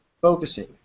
Focusing